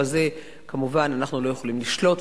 בזה אנחנו כמובן לא יכולים לשלוט,